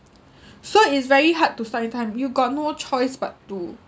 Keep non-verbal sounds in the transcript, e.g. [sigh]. [breath] so is very hard to find time you got no choice but to